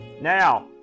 Now